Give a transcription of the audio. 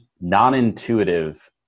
non-intuitive